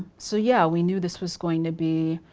so yeah, we knew this was going to be,